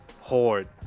horde